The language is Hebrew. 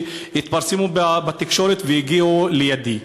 התפרסמו בתקשורת והגיעו לידי.